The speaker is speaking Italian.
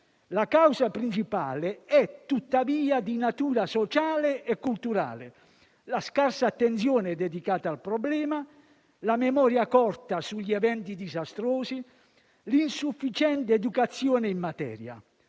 La causa principale è tuttavia di natura sociale e culturale: la scarsa attenzione dedicata al problema, la memoria corta sugli eventi disastrosi e l'insufficiente educazione in materia